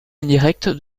indirecte